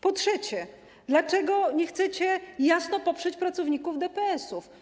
Po trzecie, dlaczego nie chcecie jasno poprzeć pracowników DPS-ów?